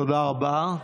תודה רבה.